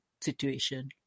situation